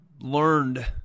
learned